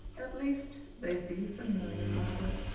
at least, they'd be familiar eyes.